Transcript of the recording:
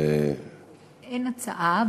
אין הצעה,